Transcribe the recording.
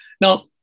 Now